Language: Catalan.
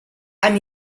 amb